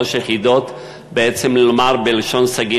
שלוש יחידות,